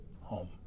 home